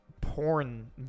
porn